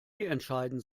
entscheiden